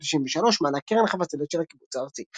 1993 - מענק קרן חבצלת של הקיבוץ הארצי.